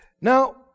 Now